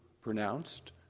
pronounced